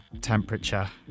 temperature